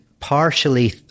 partially